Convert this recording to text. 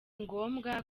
ngombwa